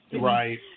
Right